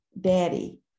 daddy